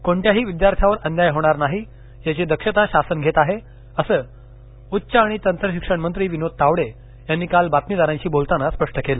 कोणत्याही विद्यार्थ्यावर अन्याय होणार नाही याची दक्षता शासन घेत आहे असं उच्च आणि तंत्रशिक्षणमंत्री विनोद तावडे यांनी काल बातमीदारांशी बोलताना स्पष्ट केलं